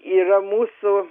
yra mūsų